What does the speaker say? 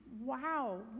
wow